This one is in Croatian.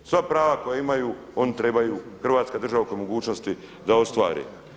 Sva prava koja imaju oni trebaju Hrvatska država ako je mogućosti da ostvari.